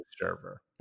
server